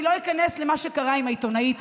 אני לא איכנס למה שקרה עם העיתונאית,